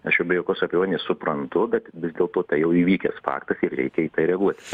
aš jau be jokios abejonės suprantu bet vis dėlto tai jau įvykęs faktas ir reikia reaguoti